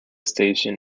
station